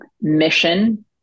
mission